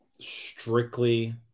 strictly